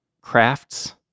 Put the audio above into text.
crafts